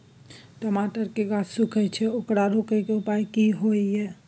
टमाटर के गाछ सूखे छै ओकरा रोके के उपाय कि होय है?